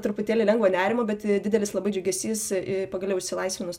truputėlį lengvo nerimo bet didelis labai džiugesys pagaliau išsilaisvinus